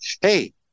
hey